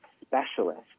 specialist